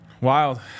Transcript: Wild